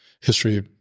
history